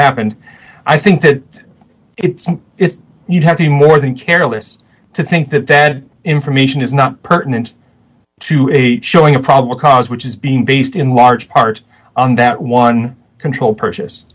happened i think that you have the more than careless to think that that information is not pertinent to a showing of probably cause which is being based in large part on that one control purchase